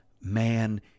man